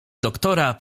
doktora